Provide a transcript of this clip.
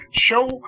show